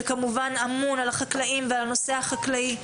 שכמובן אמון על החקלאים ועל הנושא החקלאי,